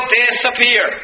disappear